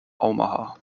omaha